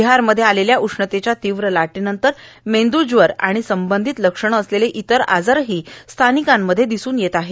बिहारमध्ये आलेल्या उष्णतेच्या तीव्र लाटेनंतर मेंदुज्वर आणि तशीच लक्षणे असलेले इतर आजारही स्थानिकांमधून दिसून येत आहे